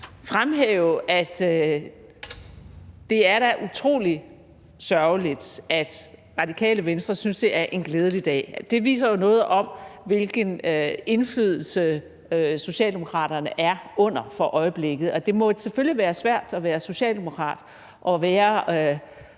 fremhæve, at det da er utrolig sørgeligt, at Radikale Venstre synes, det er en glædelig dag. Det viser jo noget om, hvilken indflydelse Socialdemokraterne er under for øjeblikket. Det må selvfølgelig være svært at være socialdemokrat og være